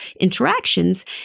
interactions